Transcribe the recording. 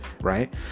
Right